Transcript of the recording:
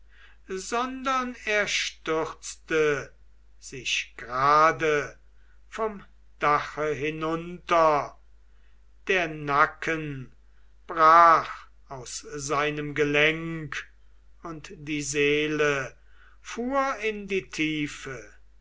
sondern er stürzte sich grade vom dache hinunter der nacken brach aus seinem gelenk und die seele fuhr in die tiefe